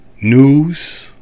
news